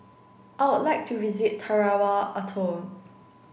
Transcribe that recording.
I would like to visit Tarawa Atoll